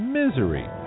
misery